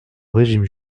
régime